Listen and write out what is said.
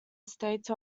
estate